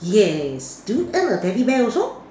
yes do you own a teddy bear also